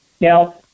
Now